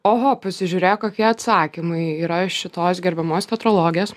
oho pasižiūrėk kokie atsakymai yra iš šitos gerbiamos teatrologės